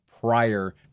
prior